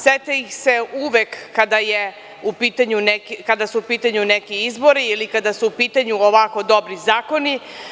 Sete ih se uvek kada su u pitanju neki izbori ili kada su u pitanju ovako dobri zakoni.